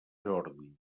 jordi